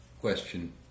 Question